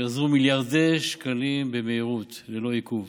שיזרימו מיליארדי שקלים במהירות, ללא עיכוב.